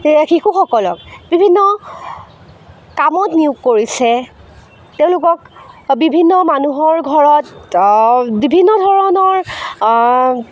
সেয়েহে শিশুসকলক আনি কামত নিয়োগ কৰিছে তেওঁলোকক বিভিন্ন মানুহৰ ঘৰত বিভিন্ন ধৰণৰ